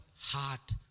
heart